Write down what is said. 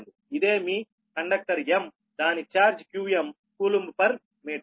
ఇదే మీ conductor m దాని charge qm coulomb per metre